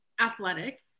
athletic